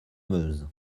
meuse